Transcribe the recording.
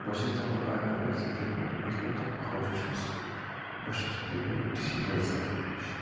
بہٕ چھُس دَپان اگر بہٕ زندگی منٛز وٕنۍکٮ۪س یوٗتاہ خۄش چھُس بہٕ چھُس تٔمی ڈِسیٖجَن سۭتۍ خۄش